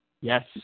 Yes